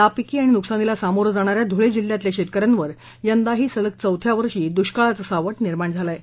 नापिकी आणि नुकसानीला सामोरं जाणाऱ्या धुळे जिल्ह्यातल्या शेतकऱ्यांवर यंदाही सलग चौथ्यावर्षी दृष्काळाचं सावट निर्माण झालं आहे